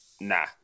nah